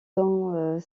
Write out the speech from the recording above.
dans